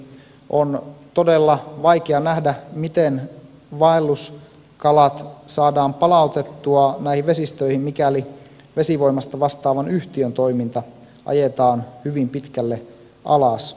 on todella vaikea nähdä miten vaelluskalat saadaan palautettua näihin vesistöihin mikäli vesivoimasta vastaavan yhtiön toiminta ajetaan hyvin pitkälle alas